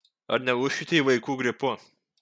ar neužkrėtei vaikų gripu